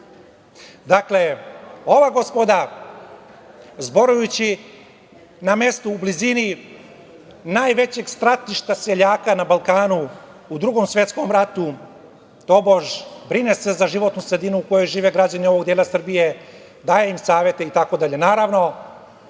ova gospoda, zborujući na mestu u blizini najvećeg stratišta seljaka na Balkanu u Drugom svetskom ratu, tobož brine se za životnu sredinu u kojoj žive građani ovog dela Srbije, daje im savet itd.